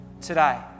Today